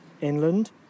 Inland